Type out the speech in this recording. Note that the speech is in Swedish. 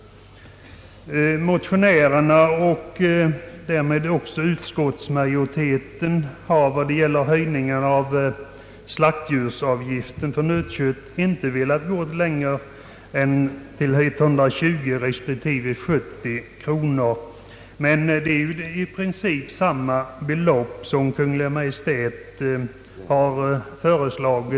Motionärerna — och därmed också utskottsmajoriteten — har när det gäller höjningen av slaktdjursavgiften för nötkött inte velat gå längre än till 120 kronor respektive 70 kronor per djur, vilket i princip är samma belopp som Kungl. Maj:t har föreslagit.